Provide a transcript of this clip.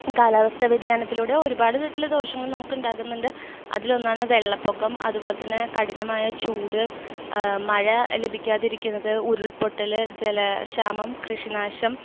കാലാവസ്ഥ വ്യതിയാനത്തിലൂടെ ഒരുപാട് ഒരുപാട് വിധത്തിലുള്ള ദോഷങ്ങൾ നമുക്ക് ഉണ്ടാകുന്നുണ്ട് അതിലൊന്നാണ് വെള്ളപ്പൊക്കം അതുപോലെ തന്നെ കഠിനമായ ചൂട് മഴ ലഭിക്കാതിരിക്കുന്നത് ഉരുൾപൊട്ടൽ ജലക്ഷാമം കൃഷിനാശം